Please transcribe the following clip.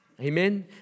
Amen